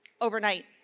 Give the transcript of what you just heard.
overnight